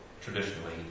traditionally